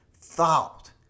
thought